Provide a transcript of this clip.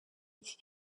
iki